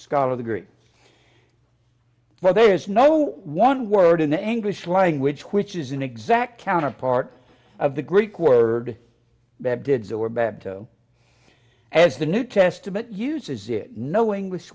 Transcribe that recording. scholars agree well there is no one word in english language which is an exact count of parts of the greek word that did that were bad though as the new testament uses it no english